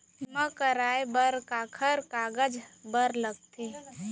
बीमा कराय बर काखर कागज बर लगथे?